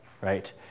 right